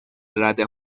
رده